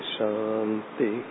Shanti